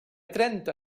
trenta